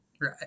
Right